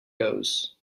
goes